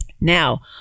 Now